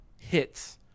hits –